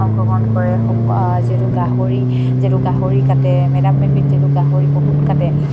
অংশগ্ৰহণ কৰে যিহেতু গাহৰি যিটো গাহৰি কাটে মেডাম মেফিত যিটো গাহৰি বহুত কাটে